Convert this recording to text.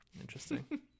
Interesting